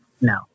no